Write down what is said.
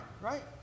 Right